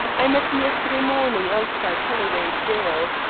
i met him yesterday morning outside holloway jail,